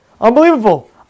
unbelievable